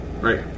Right